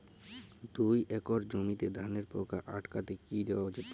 দুই একর জমিতে ধানের পোকা আটকাতে কি দেওয়া উচিৎ?